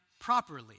properly